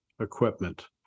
equipment